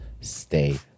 stay